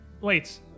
Wait